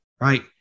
Right